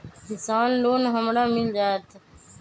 किसान लोन हमरा मिल जायत?